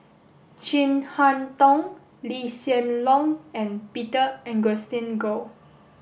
Chin Harn Tong Lee Hsien Loong and Peter Augustine Goh